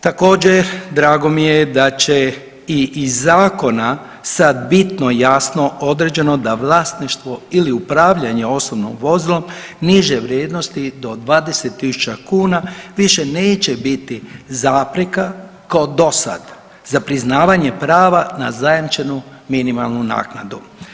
Također drago mi je da će i iz zakona sad bitno, jasno određeno da vlasništvo ili upravljanje osobnim vozilom niže vrijednosti do 20 000 kuna više neće biti zapreka kao do sad za priznavanje prava na zajamčenu minimalnu naknadu.